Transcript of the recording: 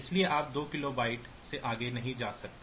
इसलिए आप 2 किलोबाइट से आगे नहीं जा सकते